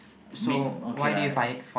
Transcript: may okay lah